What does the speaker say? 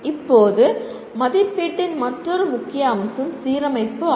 இப்போது மதிப்பீட்டின் மற்றொரு முக்கிய அம்சம் "சீரமைப்பு" ஆகும்